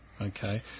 Okay